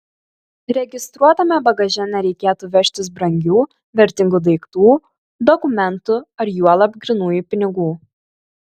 registruotame bagaže nereikėtų vežtis brangių vertingų daiktų dokumentų ar juolab grynųjų pinigų